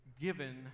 given